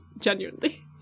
genuinely